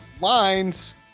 lines